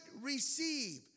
receive